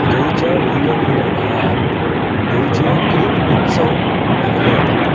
गोंयच्या विंगड विंगड भागांत गोंयचे खूब उत्सव मनयल्ले जातात